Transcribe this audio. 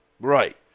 Right